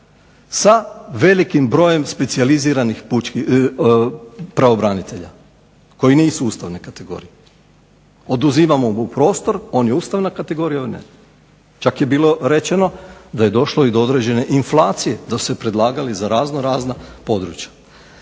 sa velikim brojem specijaliziranih pravobranitelja koji nisu ustavne kategorije. Oduzimamo mu prostor, on je ustavna kategorija. Čak je bilo rečeno da je došlo i do određene inflacije, da su se predlagali za raznorazna područja.